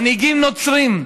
מנהיגים נוצרים.